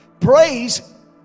Praise